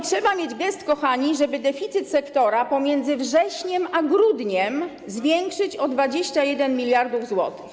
Trzeba mieć gest, kochani, żeby deficyt sektora pomiędzy wrześniem a grudniem zwiększyć o 21 mld zł.